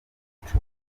umuco